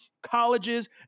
Colleges